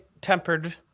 tempered